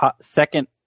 second